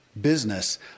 Business